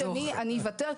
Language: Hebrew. על הזמן שלי אני אוותר,